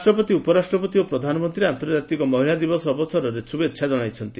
ରାଷ୍ଟ୍ରପତି ଉପରାଷ୍ଟ୍ରପତି ଓ ପ୍ରଧାନମନ୍ତ୍ରୀ ଆନ୍ତର୍ଜାତିକ ମହିଳା ଦିବସ ଅବସରରେ ଶ୍ଯୁଭେଚ୍ଛା ଜଣାଇଚ୍ଚନ୍ତି